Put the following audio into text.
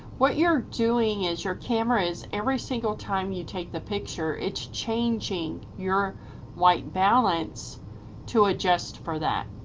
what you're doing is your camera is every single time you take the picture it's changing your white balance to adjust for that.